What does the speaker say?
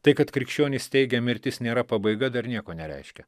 tai kad krikščionys teigia mirtis nėra pabaiga dar nieko nereiškia